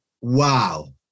wow